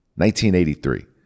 1983